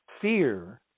fear